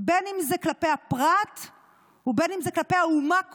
בין שזה כלפי הפרט ובין שזה כלפי האומה כולה,